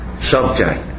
subject